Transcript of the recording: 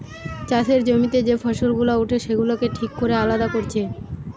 চাষের জমিতে যে ফসল গুলা উঠে সেগুলাকে ঠিক কোরে আলাদা কোরছে